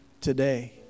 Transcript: today